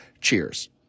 Cheers